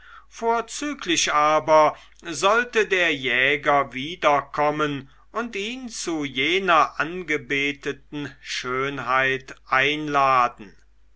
vorzüglich aber sollte der jäger wiederkommen und ihn zu jener angebeteten schönheit einladen